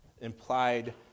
implied